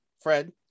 Fred